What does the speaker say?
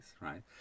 right